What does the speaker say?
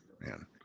man